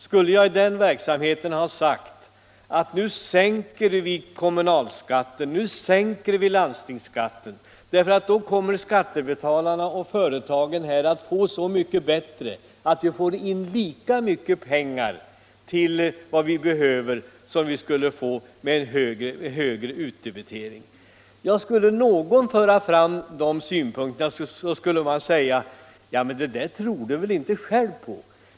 Skulle jag i den verksamheten säga: ”Nu sänker vi skatterna därför att skattebetalarna och företagen då får det så mycket bättre att vi i alla fall tar in lika mycket pengar till vad vi behöver som med en högre utdebitering”? Om jag förde fram den synpunkten skulle man säga: Ja, men det där tror du väl inte själv på?